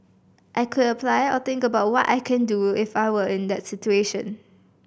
I could apply or think about what I can do if I were in that situation